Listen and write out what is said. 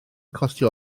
costio